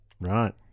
Right